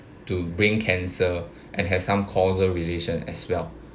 to bring cancer and have some causal relation as well